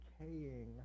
decaying